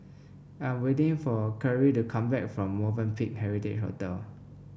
I'm waiting for Karie to come back from Movenpick Heritage Hotel